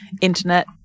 internet